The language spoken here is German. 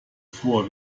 vor